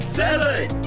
seven